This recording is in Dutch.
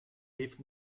heeft